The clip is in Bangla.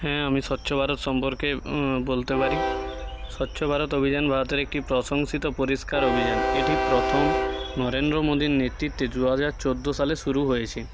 হ্যাঁ আমি স্বচ্ছ ভারত সম্পর্কে বলতে পারি স্বচ্ছ ভারত অভিযান ভারতের একটি প্রশংসিত পরিষ্কার অভিযান এটি প্রথম নরেন্দ্র মোদীর নেতৃত্বে দুহাজার চোদ্দো সালে শুরু হয়েছে